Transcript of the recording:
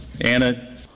Anna